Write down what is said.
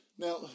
Now